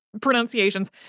pronunciations